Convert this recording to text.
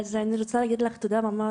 מירה: אני רוצה להגיד לך תודה רבה,